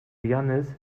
jannis